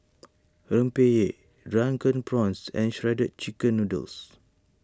Rempeyek Drunken Prawns and Shredded Chicken Noodles